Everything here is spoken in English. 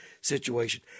situation